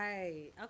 Right